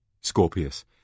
Scorpius